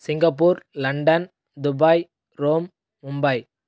Singapore London Dubai Rome Mumbai